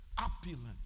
opulent